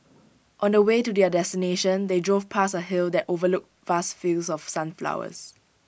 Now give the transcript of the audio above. on the way to their destination they drove past A hill that overlooked vast fields of sunflowers